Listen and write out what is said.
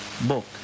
book